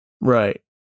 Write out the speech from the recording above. Right